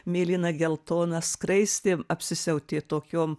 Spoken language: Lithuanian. mėlyna geltona skraistė apsisiautė tokiom